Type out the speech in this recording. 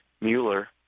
Mueller